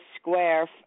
square